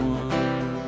one